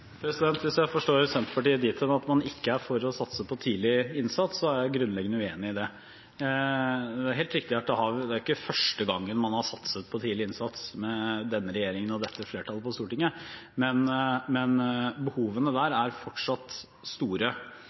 Hvis jeg forstår Senterpartiet dit hen at man ikke er for å satse på tidlig innsats, så er jeg grunnleggende uenig i det. Det er helt riktig at det er ikke første gang man har satset på tidlig innsats med denne regjeringen og dette flertallet på Stortinget, men behovene der er fortsatt store.